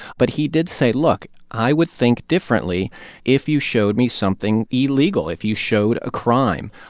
but he did say, look i would think differently if you showed me something illegal, if you showed a crime.